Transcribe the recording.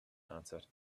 answered